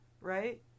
right